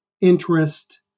interest